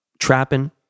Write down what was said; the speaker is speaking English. trapping